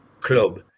club